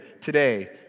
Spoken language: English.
today